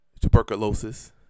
tuberculosis